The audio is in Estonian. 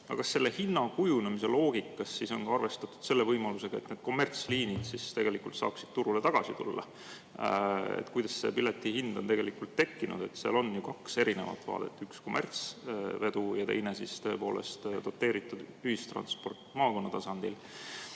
kas selle hinna kujunemise loogikas on arvestatud ka selle võimalusega, et need kommertsliinid saaksid turule tagasi tulla? Kuidas see piletihind on tekkinud? Seal on ju kaks erinevat vaadet: üks on kommertsvedu ja teine on doteeritud ühistransport maakonna tasandil.